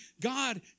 God